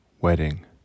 Wedding